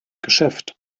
geschäft